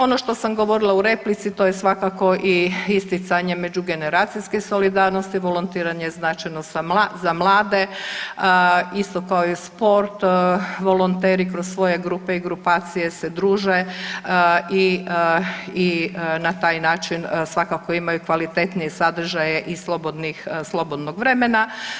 Ono što sam govorila u replici, to je svakako i isticanje međugeneracijske solidarnosti, volontiranje značajno za mlade, isto kao i sport, volonteri kroz svoje grupe i grupacije se druže i na taj način svakako imaju kvalitetniji sadržaje i slobodnog vremena.